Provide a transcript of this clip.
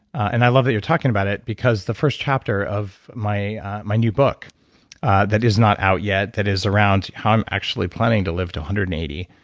and i love that you're talking about it because the first chapter of my my new book that is not out yet that is around. i'm actually planning to live to one hundred and eighty.